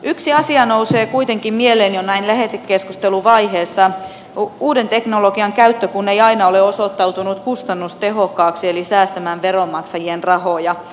yksi asia nousee kuitenkin mieleen jo näin lähetekeskusteluvaiheessa uuden teknologian käyttö kun ei aina ole osoittautunut kustannustehokkaaksi eli säästämään veronmaksajien rahoja